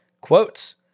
quotes